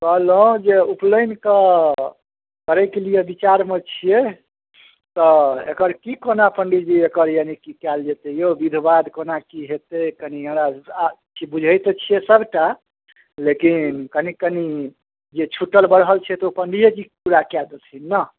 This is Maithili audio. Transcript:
कहलहुॅं जे उपनयन करै कऽ लिये बिचार मे छियै तऽ एकर कि कोना पण्डित जी एकर यानी की कयल जेतै यौ बिध बाध कोना कि हेतै कनि हमरा आ बुझै तऽ छियै सभटा लेकिन कनि कनि जे छुटल बढ़ल छै तऽ ओ पण्डिये जी पूरा कऽ देथिन ने